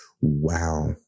Wow